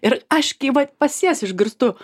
ir aš kai vat pas jas išgirstu